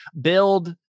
build